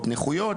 נכויות,